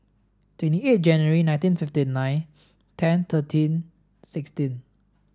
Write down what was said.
twenty eight January nineteen fifty nine ten thirteen sixteen